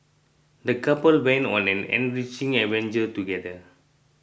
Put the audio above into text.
the couple went on an enriching adventure together